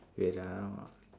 wait ah